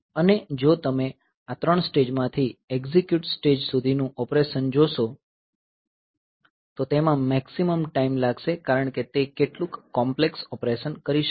અને જો તમે આ ત્રણ સ્ટેજમાંથી એક્ઝિક્યુટ સ્ટેજ સુધીનું ઓપરેશન જોશો તો તેમાં મેક્સીમમ ટાઈમ લાગશે કારણ કે તે કેટલુક કોમ્પ્લેક્સ ઓપરેશન કરી શકે છે